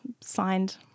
signed